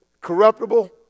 corruptible